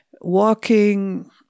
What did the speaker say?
walking